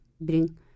bring